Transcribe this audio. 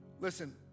Listen